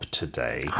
today